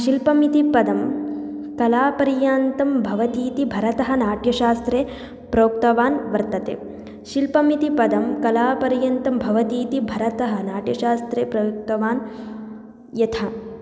शिल्पम् इति पदं कलापर्यन्तं भवतीति भरतः नाट्यशास्त्रे प्रोक्तवान् वर्तते शिल्पमिति पदं कलापर्यन्तं भवतीति भरतः नाट्यशास्त्रे प्रयुक्तवान् यथा